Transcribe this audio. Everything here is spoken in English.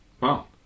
wow